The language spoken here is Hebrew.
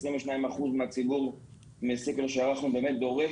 22% מהציבור בסקר שערכנו באמת דורש